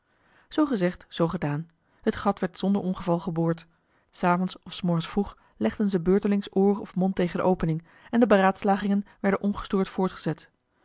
gezegd zoo gedaan het gat werd zonder ongeval geboord s avonds of s morgens vroeg legden ze beurtelings oor of mond tegen de opening en de beraadslagingen werden ongestoord voortgezet